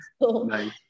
Nice